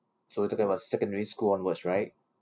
so you talking about secondary school onwards right